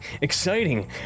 exciting